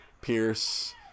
Pierce